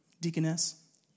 deaconess